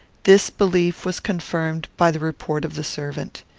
this belief was confirmed by the report of the servant.